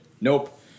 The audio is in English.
nope